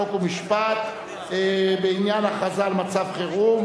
חוק ומשפט בעניין הכרזה על מצב חירום.